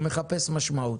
הוא מחפש משמעות.